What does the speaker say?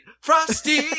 frosty